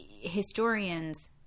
historians